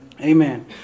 Amen